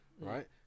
Right